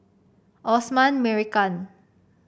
Osman Merican